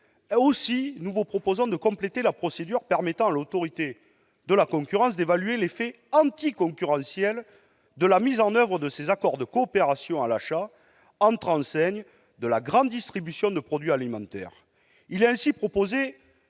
Aussi, nous vous proposons de compléter la procédure permettant à l'Autorité de la concurrence d'évaluer l'effet anti-concurrentiel de la mise en oeuvre des accords de coopération à l'achat entre enseignes de la grande distribution de produits alimentaires. Il est ainsi proposé